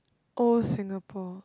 old Singapore